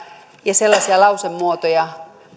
ja sellaisia lausemuotoja